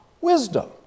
wisdom